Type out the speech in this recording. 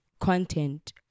content